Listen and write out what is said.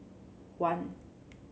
one